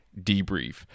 debrief